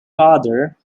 father